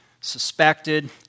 suspected